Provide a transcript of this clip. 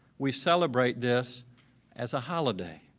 we celebrate this as a holiday,